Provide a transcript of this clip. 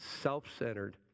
self-centered